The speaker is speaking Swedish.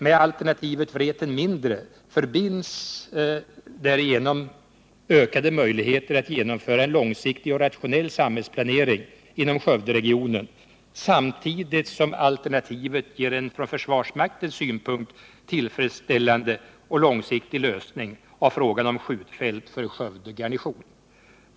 Med alternativet Vreten mindre förbinds därigenom ökade möjligheter att genomföra en långsiktig och rationell samhällsplanering inom Skövderegionen, samtidigt som alternativet ger en från försvarsmaktens synpunkt tillfredsställande och långsiktig lösning av frågan om ett skjutfält för Skövde garnison.